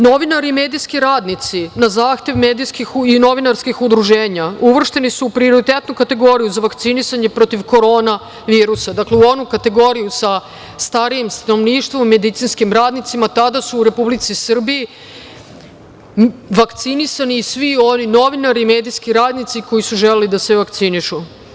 Novinari i medijski radnici na zahtev medijskih i novinarskih udruženja uvršteni su u prioritetnu kategoriju za vakcinisanje protiv korona virusa, dakle u onu kategoriju sa starijim stanovništvom, medicinskim radnicima, tada su u Republici Srbiji vakcinisani i svi oni novinari i medijski radnici koji su želeli da se vakcinišu.